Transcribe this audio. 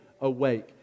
awake